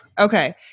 Okay